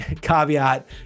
caveat